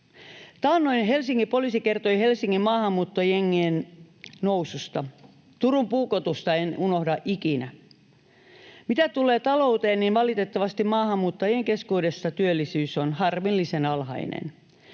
Taannoin Helsingin poliisi kertoi Helsingin maahanmuuttojengien noususta, Turun puukotusta en unohda ikinä. Mitä tulee talouteen, niin valitettavasti maahanmuuttajien keskuudessa työllisyys on harmillisen alhainen.